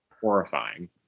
Horrifying